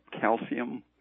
calcium